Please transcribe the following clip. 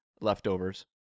leftovers